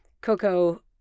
Coco